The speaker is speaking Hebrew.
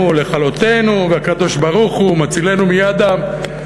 לכלותנו והקדוש-ברוך-הוא מצילנו מידם".